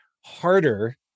harder